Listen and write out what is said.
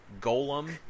Golem